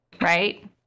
Right